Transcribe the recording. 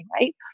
Right